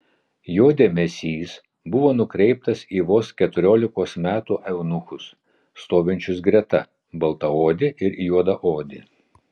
jo dėmesys buvo nukreiptas į vos keturiolikos metų eunuchus stovinčius greta baltaodį ir juodaodį